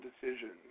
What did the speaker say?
decisions